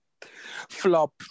Flop